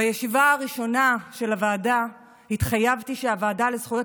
בישיבה הראשונה של הוועדה התחייבתי שהוועדה לזכויות